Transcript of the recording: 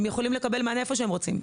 הם יכולים לקבל מענה איפה שהם רוצים.